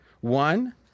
One